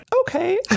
okay